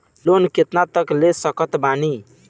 Loan कितना तक ले सकत बानी?